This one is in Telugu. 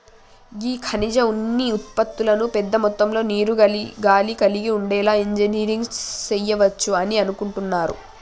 గీ ఖనిజ ఉన్ని ఉత్పతులను పెద్ద మొత్తంలో నీరు, గాలి కలిగి ఉండేలా ఇంజనీరింగ్ సెయవచ్చు అని అనుకుంటున్నారు